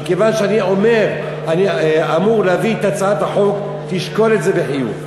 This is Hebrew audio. מכיוון שאני אמור להביא את הצעת החוק: תשקול את זה בחיוב.